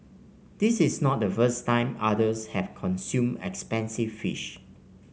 this is not the first time others have consumed expensive fish